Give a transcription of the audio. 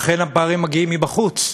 אכן הפערים מגיעים מבחוץ,